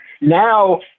now